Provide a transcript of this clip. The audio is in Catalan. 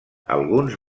alguns